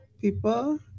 people